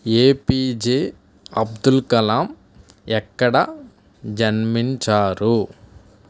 APJ Abdul Kalam ఎక్కడ జన్మించారు